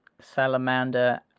salamander